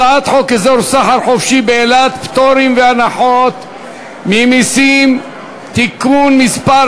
הצעת חוק אזור סחר חופשי באילת (פטורים והנחות ממסים) (תיקון מס'